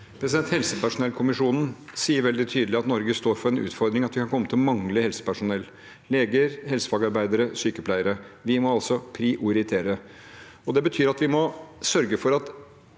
Helse- personellkommisjonen sier veldig tydelig at Norge står overfor en utfordring, at vi kan komme til å mangle helsepersonell – leger, helsefagarbeidere, sykepleiere. Vi må altså prioritere. Det betyr at vi må sørge for at